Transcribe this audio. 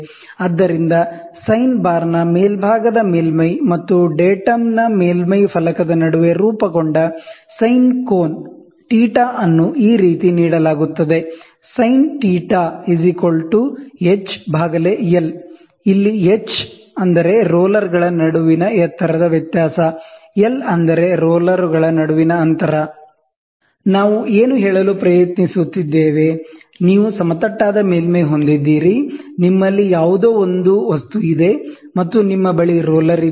ಆದ್ದರಿಂದ ಸೈನ್ ಬಾರ್ನ ಮೇಲ್ಭಾಗದ ಮೇಲ್ಮೈ ಮತ್ತು ಡೇಟಮ್ ನ ಮೇಲ್ಮೈ ಫಲಕದ ನಡುವೆ ರೂಪುಗೊಂಡ ಸೈನ್ ಕೋನ θ ಅನ್ನು ಈ ರೀತಿ ನೀಡಲಾಗುತ್ತದೆ ಸೈನ್ θ ಎಚ್ಎಲ್ Sinθ hL ಇಲ್ಲಿ ಎಚ್ h ರೋಲರ್ಗಳ ನಡುವಿನ ಎತ್ತರ ವ್ಯತ್ಯಾಸ ಎಲ್ ರೋಲರುಗಳ ನಡುವಿನ ಅಂತರ ನಾವು ಏನು ಹೇಳಲು ಪ್ರಯತ್ನಿಸುತ್ತಿದ್ದೇವೆ ನೀವು ಸಮತಟ್ಟಾದ ಮೇಲ್ಮೈ ಹೊಂದಿದ್ದೀರಿ ನಿಮ್ಮಲ್ಲಿ ಯಾವುದೊ ವಸ್ತು ಇದೆ ಮತ್ತು ನಿಮ್ಮ ಬಳಿ ರೋಲರ್ ಇದೆ